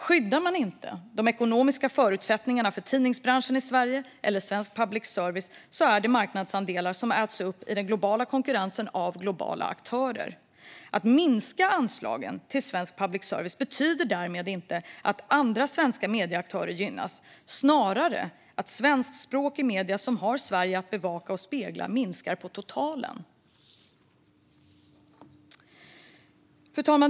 Skyddar man inte de ekonomiska förutsättningarna för tidningsbranschen i Sverige eller svensk public service är det marknadsandelar som äts upp i den globala konkurrensen av globala aktörer. Att minska anslagen till svensk public service betyder därmed inte att andra svenska medieaktörer gynnas, snarare minskar svenskspråkiga medier som har att bevaka och spegla Sverige totalt sett.